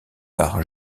par